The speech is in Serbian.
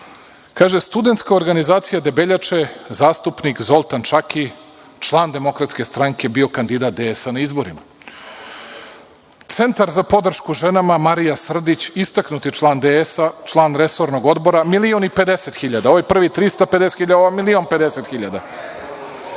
Kaže, studentska organizacija Debeljače, zastupnik Zolatn Čaki, član DS, bio kandidat DS na izborima. Centar za podršku ženama, Marija Srdić, istaknuti član DS, član resornog odbora, milion i pedeset hiljada. Ovaj prvi 350 hiljada, ovaj milion pedeset hiljada.